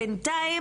בינתיים,